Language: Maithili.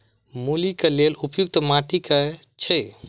मूली केँ लेल उपयुक्त माटि केँ छैय?